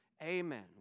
Amen